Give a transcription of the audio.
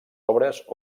obres